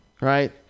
Right